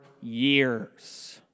years